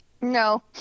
No